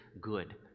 good